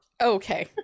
Okay